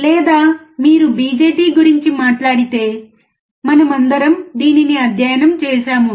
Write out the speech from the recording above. లేదా మీరు BJT గురించి మాట్లాడితే మనమందరం దీనిని అధ్యయనం చేసాము